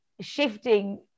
shifting